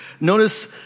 Notice